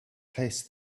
place